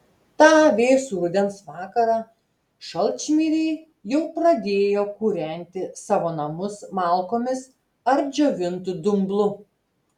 tą vėsų rudens vakarą šalčmiriai jau pradėjo kūrenti savo namus malkomis ar džiovintu dumblu